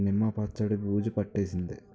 నిమ్మ పచ్చడి బూజు పట్టేసింది